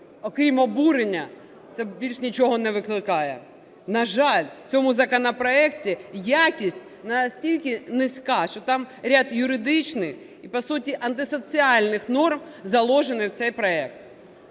окрім обурення це більше нічого не викликає. На жаль, в цьому законопроекті якість настільки низька, що там ряд юридичних і, по суті, антисоціальних норм заложені в цей проект.